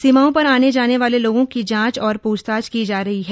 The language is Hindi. सीमाओं पर आने जाने वाले लोगों की जांच और पूछताछ की जा रही है